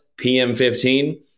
PM15